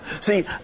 See